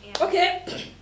Okay